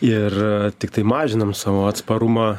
ir tiktai mažinam savo atsparumą